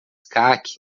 cáqui